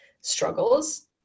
struggles